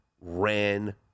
ran